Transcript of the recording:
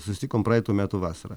susitikom praeitų metų vasarą